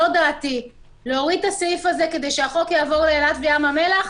זו דעתי: להוריד את הסעיף הזה כדי שהצעת החוק תעבור לאילת ולים המלח,